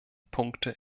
punkte